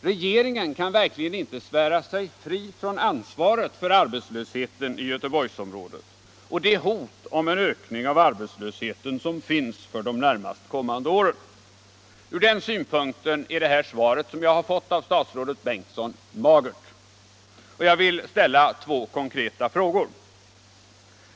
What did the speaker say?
Regeringen kan verkligen inte svära sig fri från ansvaret för arbetslösheten i Göteborgsområdet och det hot om en ökning av arbetslösheten som finns för de närmast kommande åren. Ur den synpunkten är det svar som jag har fått av statsrådet Bengtsson magert, och jag vill därför ställa två konkreta frågor: 1.